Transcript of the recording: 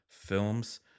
Films